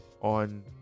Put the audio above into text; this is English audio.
on